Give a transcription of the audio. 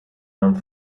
armed